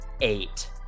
eight